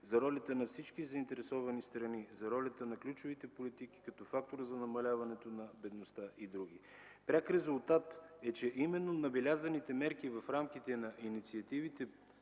за ролята на всичките заинтересовани страни, за ролята на ключовите политики като фактор за намаляването на бедността и други. Пряк резултат е, че именно набелязаните мерки в рамките на инициативите